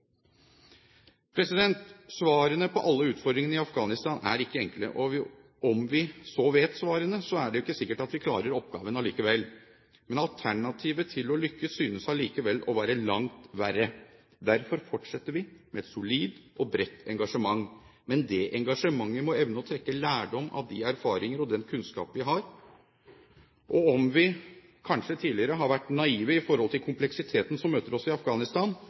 Svarene på alle utfordringene i Afghanistan er ikke enkle, og om vi så vet svarene, er det jo ikke sikkert at vi klarer oppgaven allikevel. Men alternativet til å lykkes synes allikevel å være langt verre. Derfor fortsetter vi med et solid og bredt engasjement, men ved det engasjementet må vi evne å trekke lærdom av de erfaringer og den kunnskap vi har. Og om vi kanskje tidligere har vært naive med hensyn til kompleksiteten som møter oss i Afghanistan,